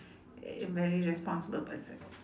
a very responsible person